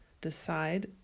decide